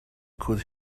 could